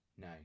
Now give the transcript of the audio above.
No